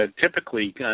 typically